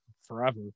forever